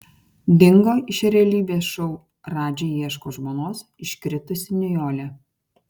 dingo iš realybės šou radži ieško žmonos iškritusi nijolė